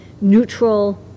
neutral